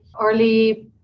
early